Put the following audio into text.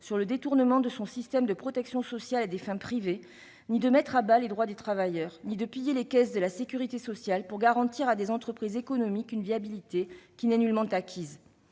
sur le détournement de son système de protection sociale à des fins privées, mettre à bas les droits des travailleurs, ni piller les caisses de la sécurité sociale pour garantir à des entreprises une viabilité qui n'est nullement acquise.